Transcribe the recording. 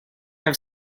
have